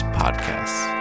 podcasts